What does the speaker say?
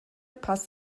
passt